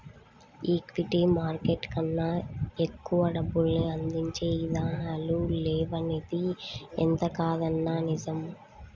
equity market కన్నా ఎక్కువ డబ్బుల్ని అందించే ఇదానాలు లేవనిది ఎంతకాదన్నా నిజం